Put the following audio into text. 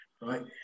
right